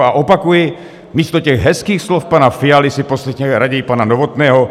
A opakuji, místo těch hezkých slov pana Fialy si poslechněme raději pana Novotného.